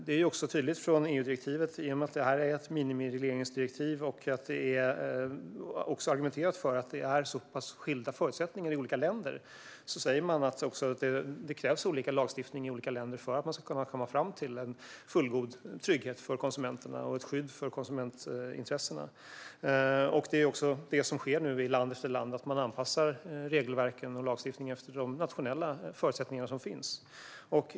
I och med att detta är ett minimiregleringsdirektiv och att man också argumenterar för att det är så pass skilda förutsättningar i olika länder framgår det också av direktivet att det krävs olika lagstiftning i olika länder för att man ska kunna komma fram till en fullgod trygghet för konsumenterna och ett skydd för konsumentintressena. Det är också detta som nu sker i land efter land: Man anpassar regelverk och lagstiftning efter de nationella förutsättningar som finns.